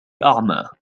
أعمى